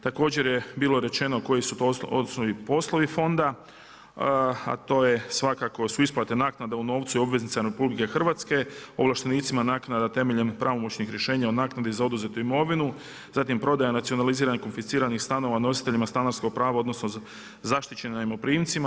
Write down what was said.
Također je bilo rečeno koje su to osnovni poslovi fonda, a to su svakako isplate naknada u novcu i obveznicama RH, ovlaštenicima naknada temeljem pravomoćnih rješenja o naknadi za oduzetu imovinu, zatim prodaja nacionaliziranih, konfisciranih stanova nositeljima stanarskog prava odnosno zaštićenim najmoprimcima.